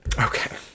okay